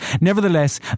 Nevertheless